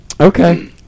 Okay